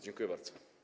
Dziękuję bardzo.